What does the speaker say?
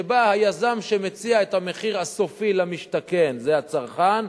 שבה היזם שמציע את המחיר הסופי למשתכן שזה הצרכן,